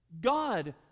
God